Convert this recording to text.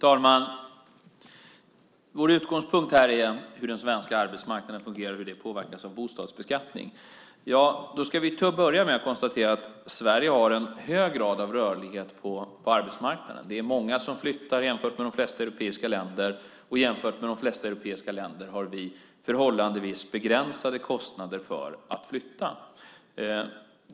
Fru talman! Vår utgångspunkt är hur den svenska arbetsmarknaden fungerar och hur den påverkas av bostadsbeskattning. Vi ska till att börja med konstatera att Sverige har hög grad av rörlighet på arbetsmarknaden. Det är många som flyttar i jämförelse med de flesta europeiska länder, och jämfört med de flesta europeiska länder har vi förhållandevis begränsade kostnader för att flytta.